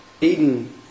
eden